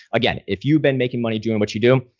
again, if you've been making money doing what you do,